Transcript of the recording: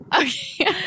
Okay